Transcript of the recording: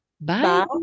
Bye